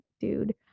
dude